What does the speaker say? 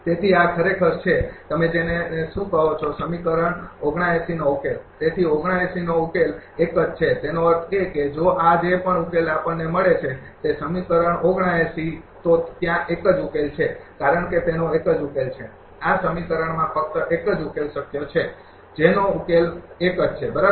તેથી આ ખરેખર છે તમે જેને શું કહો છો સમીકરણ ૭૯ નો ઉકેલ તેથી ૭૯ નો ઉકેલ એક જ છે તેનો અર્થ એ કે જો આ જે પણ ઉકેલ આપણને મળે છે તે સમીકરણ ૭૯ તો ત્યાં એક જ ઉકેલ છે કારણ કે તેનો એક જ ઉકેલ છે આ સમીકરણમાં ફક્ત એક જ શક્ય ઉકેલ છે જેનો ઉકેલ એક જ છે બરાબર